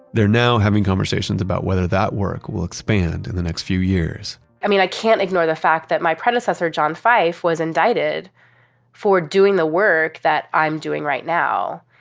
they're now having conversations about whether that work will expand in the next few years i mean, i can't ignore the fact that my predecessor, john fife was indicted for doing the work that i'm doing right now,